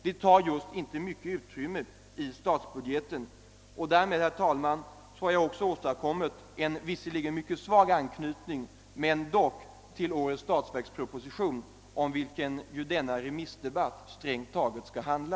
Den tar just inte mycket utrymme i statsbudgeten. Därmed, herr talman, har jag åstadkommit en: anknytning, om än en svag sådan, till årets statsverksproposition, varom denna remissdebatt strängt taget skall handla.